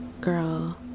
Girl